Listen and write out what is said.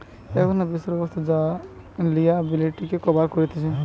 এক ধরণের বিশেষ ব্যবস্থা সব লিয়াবিলিটিকে কভার কতিছে